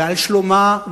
ועל שלומה,